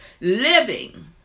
living